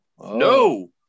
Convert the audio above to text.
No